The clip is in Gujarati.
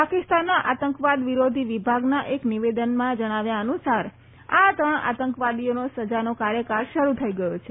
પાકિસ્તાનના આતંકવાદ વિરોધી વિભાગના એક નિવેદનના જણાવ્યા મુજબ આ ત્રણ આતંકવાદીઓનો સજાનો કાર્યકાળ શરૂ થઈ ગયો છે